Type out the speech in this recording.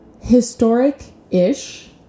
historic-ish